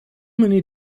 many